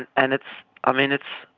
and and i mean it's.